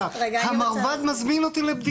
המרב"ד מזמין אותי לבדיקה.